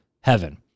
heaven